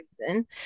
reason